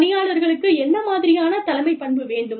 பணியாளர்களுக்கு என்ன மாதிரியான தலைமைப்பண்பு வேண்டும்